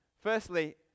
Firstly